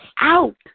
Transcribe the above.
out